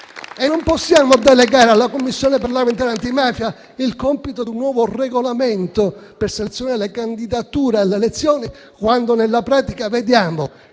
E non possiamo delegare alla Commissione parlamentare antimafia il compito di un nuovo regolamento per selezionare le candidature alle elezioni, quando, nella pratica, vediamo